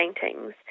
paintings